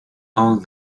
all